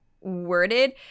worded